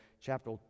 chapter